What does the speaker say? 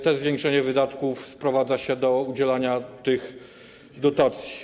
To zwiększenie wydatków sprowadza się do udzielania tych dotacji.